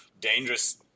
dangerous